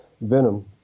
venom